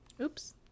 Oops